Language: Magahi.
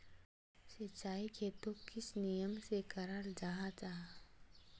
सिंचाई खेतोक किस नियम से कराल जाहा जाहा?